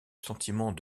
sentiment